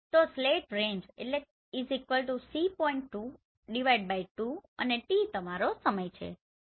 તો slant range c⋅t 2 અને t તમારો સમય છે